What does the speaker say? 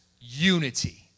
Unity